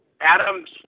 Adam's